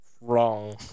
Wrong